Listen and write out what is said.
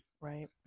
right